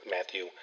Matthew